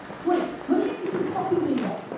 great. let me give you some fucking data,